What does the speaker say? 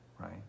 right